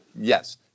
yes